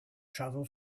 travel